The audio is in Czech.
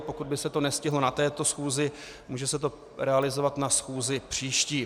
Pokud by se to nestihlo na této schůzi, může se to realizovat na schůzi příští.